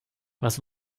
was